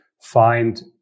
find